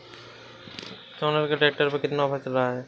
Sonalika tractor पर कितना offer चल रहा है?